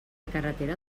carretera